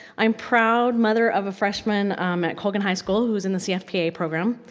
i am proud mother of freshman um at colegan high school who is in the cfpa program,